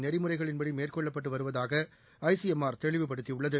நெறிமுறைகளின்படி மேற்கொள்ளப்பட்டு வருவதாக ஐசிஎம்ஆர் தெளிவுபடுத்தியுள்ளது